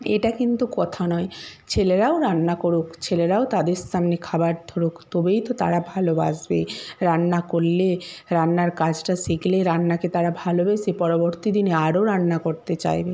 এটা কিন্তু কথা নয় ছেলেরাও রান্না করুক ছেলেরাও তাদের সামনে খাবার ধরুক তবেই তো তারা ভালোবাসবে রান্না করলে রান্নার কাজটা শিখলে রান্নাকে তারা ভালোবেসে পরবর্তী দিনে আরো রান্না করতে চাইবে